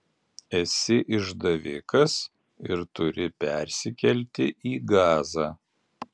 esi išdavikas ir turi persikelti į gazą